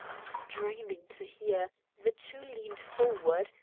straining to hear, the two leaned forward,